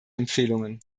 empfehlungen